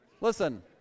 Listen